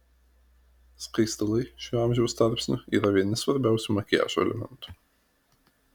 skaistalai šiuo amžiaus tarpsniu yra vieni svarbiausių makiažo elementų